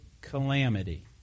calamity